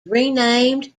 renamed